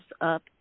up